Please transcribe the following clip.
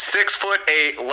Six-foot-eight